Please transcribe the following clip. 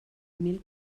mil